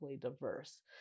diverse